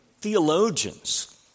theologians